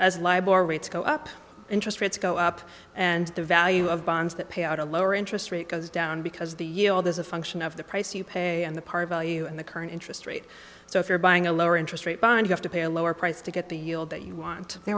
as liable rates go up interest rates go up and the value of bonds that pay out a lower interest rate goes down because the yield is a function of the price you pay on the part by you in the current interest rate so if you're buying a lower interest rate bond you have to pay a lower price to get the yield that you want they